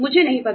मुझे नहीं पता